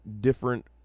different